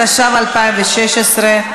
התשע"ו 2016,